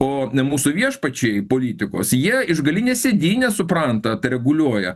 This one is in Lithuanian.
o na mūsų viešpačiai politikos jie iš galinės sėdynės supranta atreguliuoja